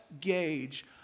gauge